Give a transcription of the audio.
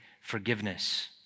forgiveness